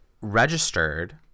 registered